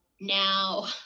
now